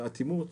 ובאטימות